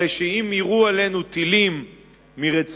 הרי שאם יירו עלינו טילים מרצועת-עזה